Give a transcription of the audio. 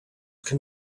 can